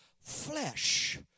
flesh